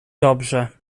dobrze